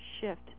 shift